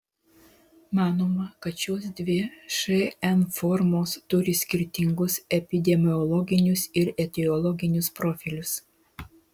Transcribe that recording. manoma kad šios dvi šn formos turi skirtingus epidemiologinius ir etiologinius profilius